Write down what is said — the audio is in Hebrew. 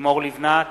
לימור לבנת,